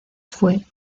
fue